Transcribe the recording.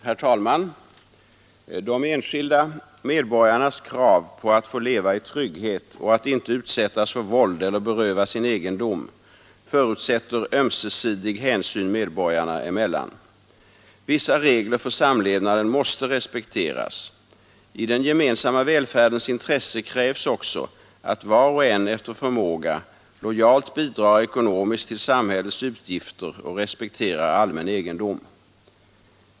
Herr talman! De enskilda medborgarnas krav att få leva i trygghet och att inte utsättas för våld eller berövas sin egendom förutsätter ömsesidig hänsyn medborgarna emellan. Vissa regler för samlevnaden måste respekteras. I den gemensamma välfärdens intresse krävs också att var och en efter förmåga lojalt bidrar ekonomiskt till samhällets utgifter och respekterar allmän egendom.